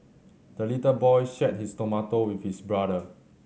the little boy shared his tomato with his brother